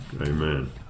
Amen